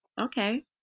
Okay